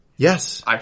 Yes